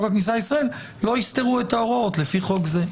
הכניסה לישראל "לא יסתרו את ההוראות לפי חוק זה".